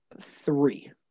three